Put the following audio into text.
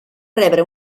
rebre